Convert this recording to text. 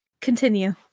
continue